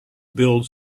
build